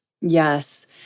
Yes